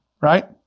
right